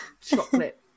chocolate